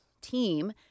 team